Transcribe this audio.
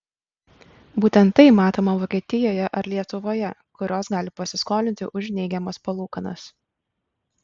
būtent tai matoma vokietijoje ar lietuvoje kurios gali pasiskolinti už neigiamas palūkanas